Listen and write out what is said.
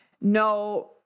No